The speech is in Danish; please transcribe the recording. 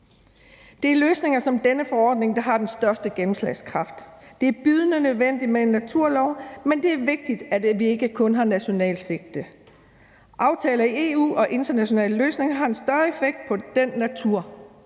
Det er løsninger som denne forordning, der har den største gennemslagskraft, og det er bydende nødvendigt med en naturlov, men det er vigtigt, at vi ikke kun har nationalt sigte. Aftaler i EU og internationale løsninger har en større effekt på den natur,